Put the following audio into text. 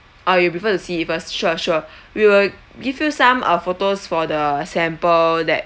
oh you prefer to see it first sure sure we will give you some uh photos for the sample that